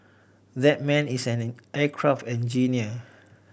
that man is an aircraft engineer